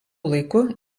laiku